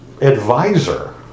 advisor